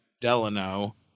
Delano